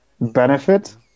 benefit